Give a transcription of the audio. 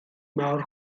mawr